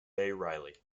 reilly